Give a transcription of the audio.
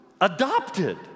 Adopted